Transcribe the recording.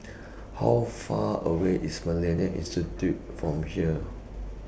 How Far away IS Millennia Institute from here